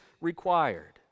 required